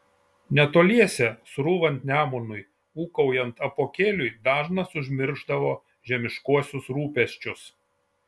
netoliese srūvant nemunui ūkaujant apuokėliui dažnas užmiršdavo žemiškuosius rūpesčius